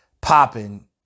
popping